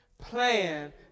plan